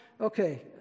okay